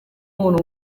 umuntu